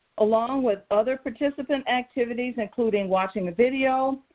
along with other participant activities including watching a video,